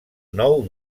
nou